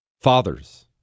Fathers